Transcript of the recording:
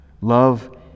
Love